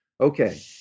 Okay